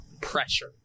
pressure